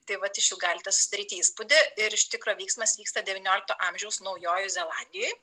tai vat iš jų galite susidaryti įspūdį ir iš tikro veiksmas vyksta devyniolikto amžiaus naujojoj zelandijoj